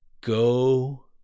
go